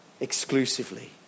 exclusively